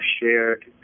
shared